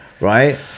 Right